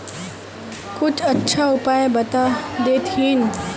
कुछ अच्छा उपाय बता देतहिन?